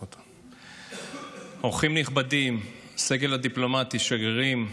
אורחים נכבדים, הסגל הדיפלומטי, שגרירים,